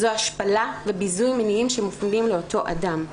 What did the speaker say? זו השפלה וביזוי מיניים שמופעלים על אותו אדם.